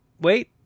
wait